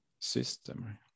system